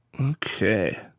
Okay